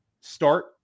Start